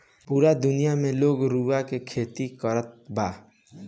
पूरा दुनिया में लोग रुआ के खेती करत बा